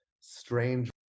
strange